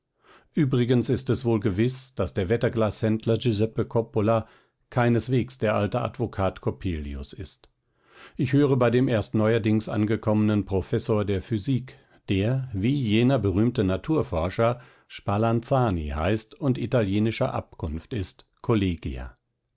übrigens ist es wohl gewiß daß der wetterglashändler giuseppe coppola keinesweges der alte advokat coppelius ist ich höre bei dem erst neuerdings angekommenen professor der physik der wie jener berühmte naturforscher spalanzani heißt und italienischer abkunft ist kollegia